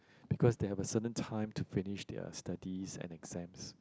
because they have a certain time to finish their studies and exams